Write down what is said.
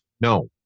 No